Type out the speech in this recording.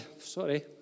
sorry